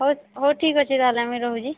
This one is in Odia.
ହଉ ହଉ ଠିକ ଅଛି ରହିଲା ମୁଁ ରହୁଛି